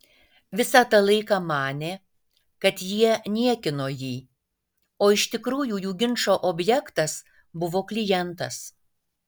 visą tą laiką manė kad jie niekino jį o iš tikrųjų jų ginčo objektas buvo klientas